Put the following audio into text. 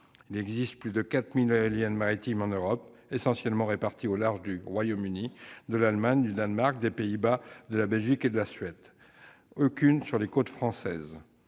Il existe plus de 4 000 éoliennes maritimes en Europe, essentiellement réparties au large du Royaume-Uni, de l'Allemagne, du Danemark, des Pays-Bas, de la Belgique et de la Suède. Il n'y en a aucune sur les côtes françaises.